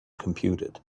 computed